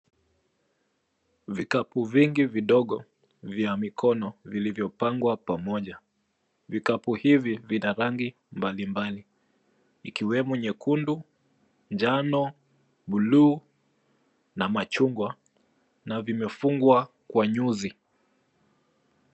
Vikapu vingi vidogo vya mikono vilivyopangwa pamoja. Vikapu hivi vina rangi mbalimbali ikiwemo nyekundu, njano, buluu na machungwa na vimefungwa kwa nyuzi.